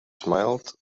smiled